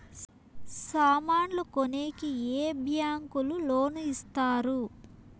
సామాన్లు కొనేకి ఏ బ్యాంకులు లోను ఇస్తారు?